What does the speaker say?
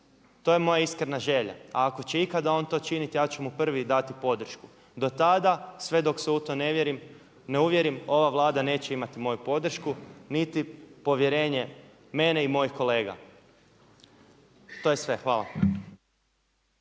To je moja iskrena želja, a ako će ikada on to činiti ja ću mu prvi dati podršku. Do tada sve dok se u to ne uvjerim ova Vlada neće imati moju podršku niti povjerenje moje i mojih kolega. To je sve. Hvala.